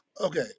Okay